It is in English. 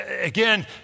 Again